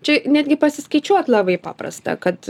čia netgi pasiskaičiuot labai paprasta kad